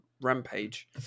rampage